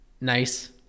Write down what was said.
nice